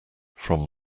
from